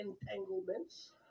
entanglements